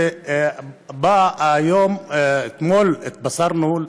אתמול התבשרנו,